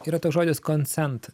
yra toks žodis konsent